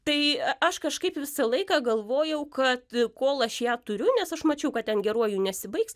tai aš kažkaip visą laiką galvojau kad kol aš ją turiu nes aš mačiau kad ten geruoju nesibaigs